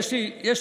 יש לי עוד,